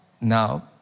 Now